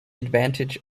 advantage